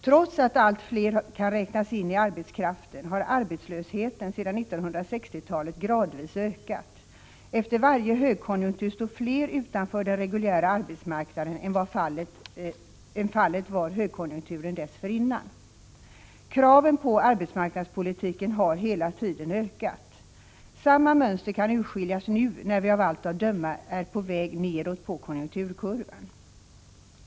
Trots att allt fler kan räknas in i arbetskraften har arbetslösheten sedan 1960-talet gradvis ökat. Efter varje högkonjunktur står fler utanför den reguljära arbetsmarknaden än vad fallet var högkonjunkturen dessförinnan. Kraven på arbetsmarknadspolitiken har hela tiden ökat. Samma mönster kan urskiljas nu när vi av allt att döma är på väg neråt på konjunkturkurvan.